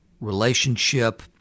relationship